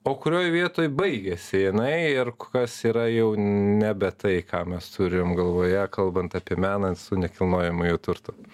o kurioj vietoj baigiasi jinai ir kas yra jau nebe tai ką mes turim galvoje kalbant apie meną su nekilnojamuoju turtu